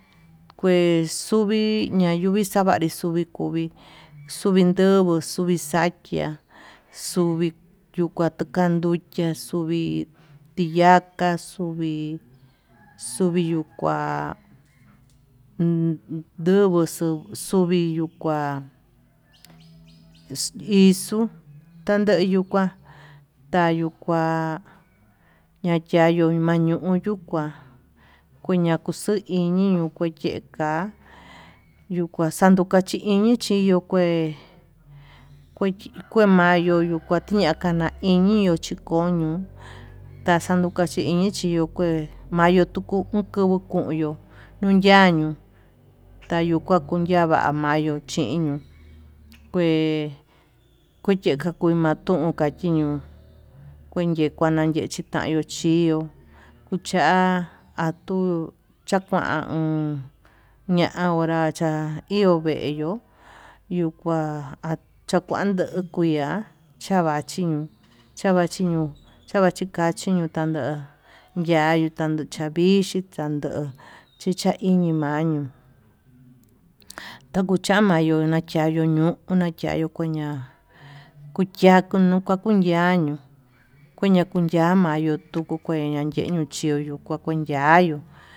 Kue xuvii ñayuvi xavanri xuvii, xuvin nduguo xuvi xakiá xuvii ndukuan tikan ndukiá uvii tiyaka xuvii, xuvii yukua yunguo xuvii kua iin ixuu tandeyu kua tayukua ñachayu mayuyu kuá kueña yuu xuu iñi yuu kua yenguó ka'a yuu kuaxandu tuu kuachi iñi chí iyu kue kue mayu yuu, kuatiña kuaña keñiño chí koñu taxaño kuatanchiñi chiño'o pues mayu tuku kuachiini tuyuu, nuñañio tayukua kundava'a mayuu chiñió kue kuyeka kun matunka chiñuu kueyeka ñakeka chintain yuu chión kucha'a atuu chakuan uun ña'a konra cha'a ihó vee yo'ó, yuu kua achanko kuiá chava chiño'o, chavachiño chava chikachi chavando yayu chandu chavichi chandó chicha iñi mañuu takuchama ño'o makuchachaño unachayu kuña'a kuchachiono kua kunya'a ñuu kuyan kuyamayu tuku teña'a kuachio kuenyu kua kunyayu.